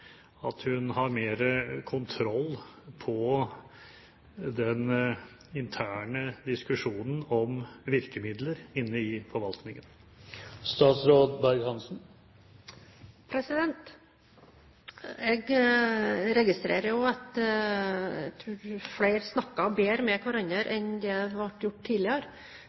at hun har mer kontroll på den interne diskusjonen om virkemidler inne i forvaltningen? Jeg registrerer også at flere snakker bedre med hverandre enn de har gjort tidligere.